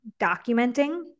documenting